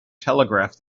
telegraph